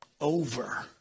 over